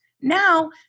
Now